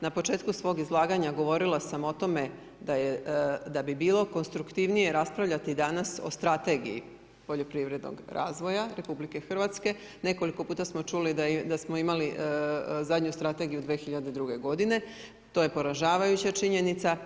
Na početku svog izlaganja govorila sam o tome da bi bilo konstruktivnije raspravljati danas o strategiji poljoprivrednog razvoja RH, nekoliko puta smo čuli da smo imali zadnju strategiju 2002. godine, to je poražavajuća činjenica.